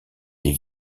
des